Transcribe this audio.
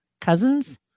cousins